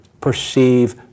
perceive